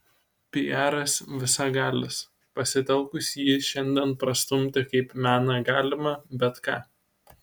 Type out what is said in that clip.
piaras visagalis pasitelkus jį šiandien prastumti kaip meną galima bet ką